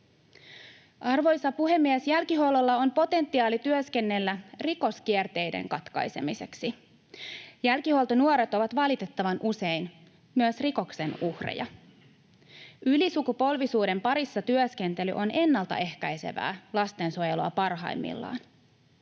Arvoisa puhemies! Jälkihuollolla on potentiaali työskennellä rikoskierteiden katkaisemiseksi. Jälkihuoltonuoret ovat valitettavan usein myös rikoksen uhreja. Ylisukupolvisuuden parissa työskentely on ennaltaehkäisevää lastensuojelua parhaimmillaan.